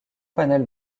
panel